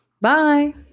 Bye